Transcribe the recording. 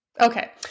Okay